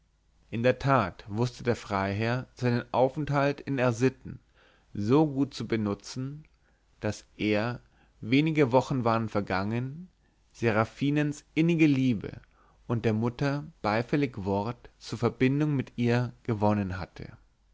in der tat wußte der freiherr seinen aufenthalt in r sitten so gut zu benutzen daß er wenige wocben waren vergangen seraphinens innige liebe und der mutter beifällig wort zur verbindung mit ihr gewonnen hatte